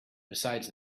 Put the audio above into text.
besides